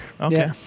Okay